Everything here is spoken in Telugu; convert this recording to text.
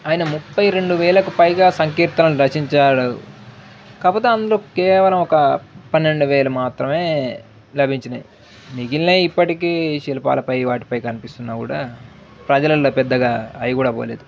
ఆయన ముప్పై రెండు వేలకు పైగా సంకీర్తలను రచించాడు కాకపోతే అందులో కేవలం ఒక పన్నెండు వేలు మాత్రమే లభించినయి మిగిలనవి ఇప్పటికీ శిల్పాలపై వాటిపైకి కనిపిస్తున్నా కూడా ప్రజలల్లో పెద్దగా అవి కూడా పోలేదు